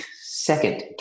second